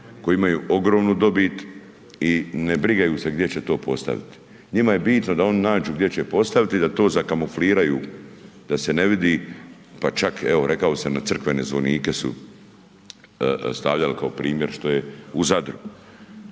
koji imaju ogromnu dobit i ne brigaju se gdje će to postavit, njima je bitno da oni nađu gdje će postaviti i da to zakamufliraju da se ne vidi, pa čak evo rekao sam, na crkvene zvonike su stavljali kao primjer što je u Zadru,